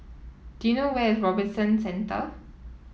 do you know where is Robinson Centre